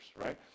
right